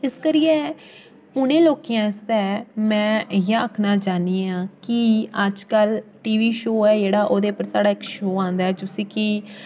इस करियै उ'नें लोकें आस्तै में इ'यै आखना चाह्न्नी आं कि अज्जकल टी वी शो ऐ जेह्ड़ा ओह्दे उप्पर साढ़ा इक शो आंदा ऐ जुस्सी कि